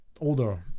older